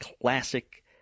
classic